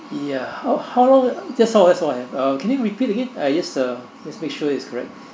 ya how how long that's all that's all I have uh can you repeat again I just uh just make sure it's correct